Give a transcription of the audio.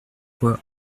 fois